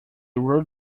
road